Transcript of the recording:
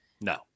No